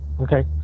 Okay